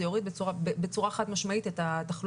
זה יוריד בצורה חד משמעית את התחלואה